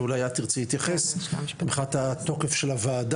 זה אולי את תרצי להתייחס מבחינת התוקף של הוועדה,